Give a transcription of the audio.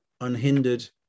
unhindered